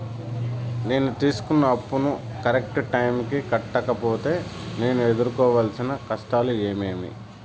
నేను తీసుకున్న అప్పును కరెక్టు టైముకి కట్టకపోతే నేను ఎదురుకోవాల్సిన కష్టాలు ఏమీమి?